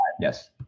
yes